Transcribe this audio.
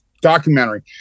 documentary